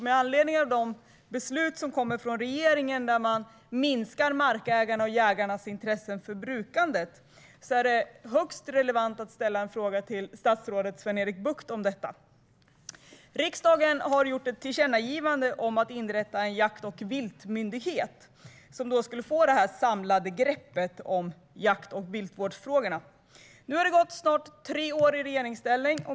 Med anledning av de beslut som kommer från regeringen där man minskar markägarnas och jaktägarnas intresse för brukandet är det högst relevant att ställa en fråga till statsrådet Sven-Erik Bucht om detta. Riksdagen har gjort ett tillkännagivande om att inrätta en jakt och viltmyndighet som skulle få ta det samlade greppet om jakt och viltvårdsfrågorna. Nu har det gått snart tre år i regeringsställning.